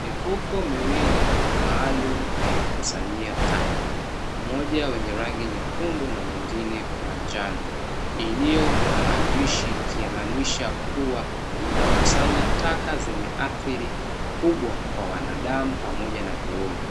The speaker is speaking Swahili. Mifuko miwili maalumu ya kukusanyia taka, moja wenye rangi nyekundu na mwingine wa njano iliyo na maandishi yakimanisha kuwa inakusanya taka zenye athiri kubwa kwa wanadamu pamoja na viumbe.